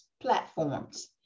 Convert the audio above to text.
Platforms